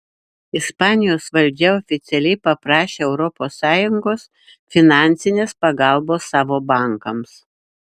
ispanijos valdžia oficialiai paprašė europos sąjungos finansinės pagalbos savo bankams